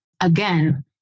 again